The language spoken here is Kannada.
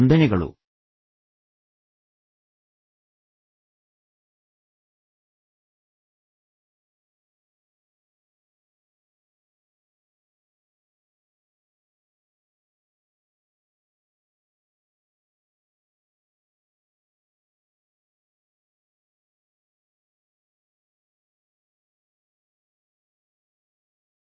ವಂದನೆಗಳು